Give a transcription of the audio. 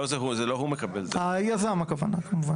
היזם, כמובן.